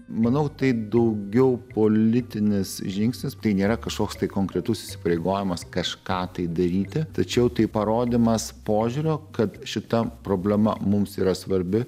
manau tai daugiau politinis žingsnis tai nėra kažkoks tai konkretus įsipareigojimas kažką tai daryti tačiau tai parodymas požiūrio kad šita problema mums yra svarbi